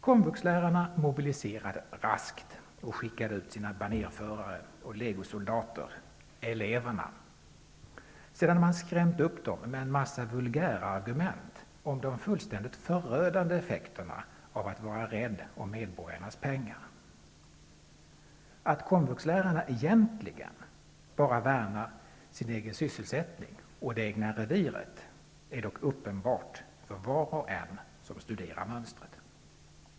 Komvuxlärarna mobiliserade raskt och skickade ut sina banerförare och legosoldater -- eleverna -- sedan dessa skrämts upp med en mängd vulgärargument om de fullständigt förödande effekterna av detta med att vara rädd om medborgarnas pengar. Att komvuxlärarna egentligen bara värnar om sin egen sysselsättning och det egna reviret är dock uppenbart för var och en som studerar mönstret.